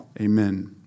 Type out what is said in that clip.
Amen